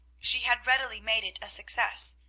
she had readily made it a success.